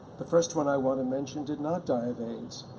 the first one i want to mention did not die of aids,